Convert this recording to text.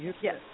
Yes